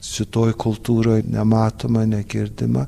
siutoj kultūroj nematoma negirdima